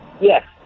Yes